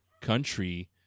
country